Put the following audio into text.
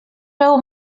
veu